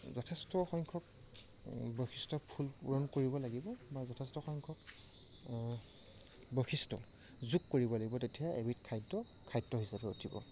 যথেষ্ট সংখ্যক বৈশিষ্ট্য ফুল পূৰণ কৰিব লাগিব বা যথেষ্ট সংখ্যক বৈশিষ্ট্য যোগ কৰিব লাগিব তেতিয়াহে এবিধ খাদ্য খাদ্য হিচাপে উঠিব